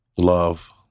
Love